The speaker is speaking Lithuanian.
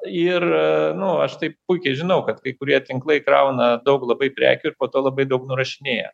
ir nu aš tai puikiai žinau kad kai kurie tinklai krauna daug labai prekių ir po to labai daug nurašinėja